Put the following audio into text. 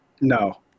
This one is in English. no